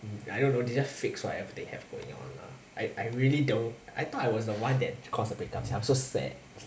I don't know they just fix whatever they have going on lah I I really don't I thought I was the one that caused the break up sia I'm so sad